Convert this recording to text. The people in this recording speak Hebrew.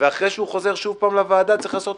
אחרי שהוא חוזר שוב לוועדה צריך לעשות